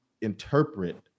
interpret